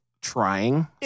trying